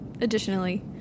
additionally